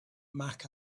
mac